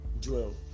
Joel